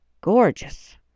gorgeous